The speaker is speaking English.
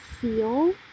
feel